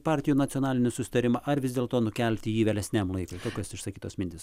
partijų nacionalinį susitarimą ar vis dėlto nukelti jį vėlesniam laikui kokios išsakytos mintys